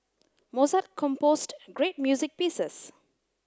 Mozart composed great music pieces